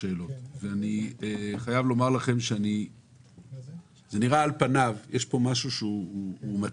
השאלות ואני חייב לומר לכם שיש פה משהו שהוא מטעה.